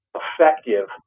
effective